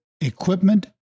equipment